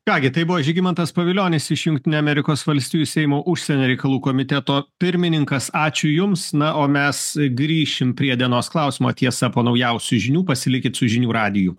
ką gi tai buvo žygimantas pavilionis iš jungtinių amerikos valstijų seimo užsienio reikalų komiteto pirmininkas ačiū jums na o mes grįšim prie dienos klausimo tiesa po naujausių žinių pasilikit su žinių radiju